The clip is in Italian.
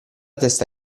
testa